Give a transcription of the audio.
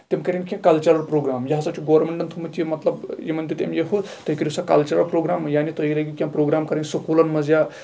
تِم کرن کیٚنٛہہ کَلچرل پروگرام یہِ ہسا چھُ گورمینٹن تھوومُت یہِ مطلب یِم دیُت أمۍ یہِ ہُہ تُہۍ کٔرِو سا کَلچرل پروگرام یعنی تُہۍ لٲگیو کیٚنٛہہ پروگرام کَرٕنۍ سکوٗلَن منٛز یا